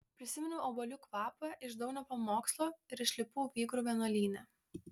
prisiminiau obuolių kvapą iš daunio pamokslo ir išlipau vygrių vienuolyne